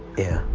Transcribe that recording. yeah,